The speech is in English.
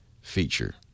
feature